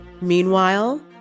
Meanwhile